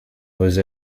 jose